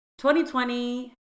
2020